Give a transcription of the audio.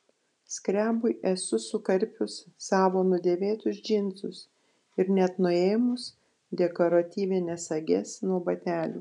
skrebui esu sukarpius savo nudėvėtus džinsus ir net nuėmus dekoratyvines sages nuo batelių